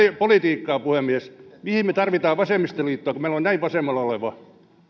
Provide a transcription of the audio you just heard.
politiikkaa puhemies mihin me tarvitsemme vasemmistoliittoa kun meillä on näin vasemmalla oleva